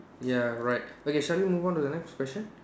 ya right okay shall we move on to the next question